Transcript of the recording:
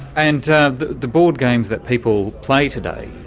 and the the board games that people play today,